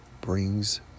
brings